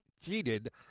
cheated